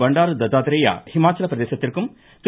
பண்டாரு தத்தாத்ரேயா இமாச்சலப்பிரதேசத்திற்கும் திரு